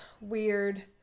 weird